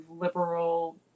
liberal